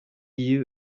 you